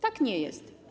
Tak nie jest.